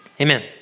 Amen